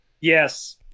Yes